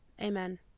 Amen